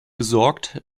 besorgt